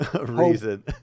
reason